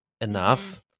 enough